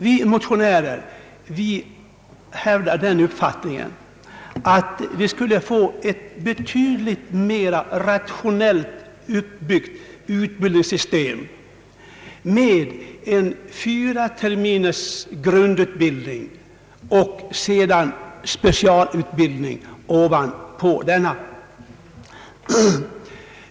Vi motionärer hävdar den uppfattningen, att vi skulle komma att få ett betydligt mera rationellt utbyggt utbildningssystem med en fyra terminers grundutbildning och specialutbildning ovanpå detta.